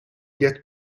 yet